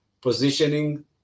positioning